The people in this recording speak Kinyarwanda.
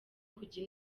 kujya